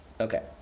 Okay